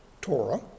Torah